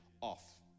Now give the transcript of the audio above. off